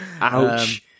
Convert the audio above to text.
Ouch